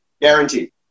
Guaranteed